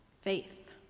faith